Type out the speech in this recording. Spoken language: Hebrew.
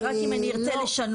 ורק אם אני ארצה לשנות?